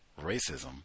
racism